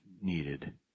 needed